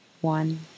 one